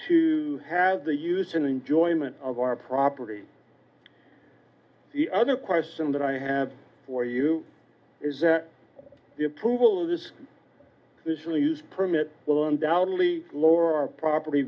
to have the use in enjoyment of our property the other question that i have for you is that the approval is this really use permit will undoubtedly lower our property